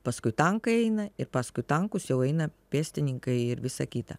paskui tankai eina ir paskui tankus jau eina pėstininkai ir visa kita